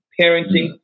Parenting